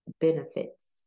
benefits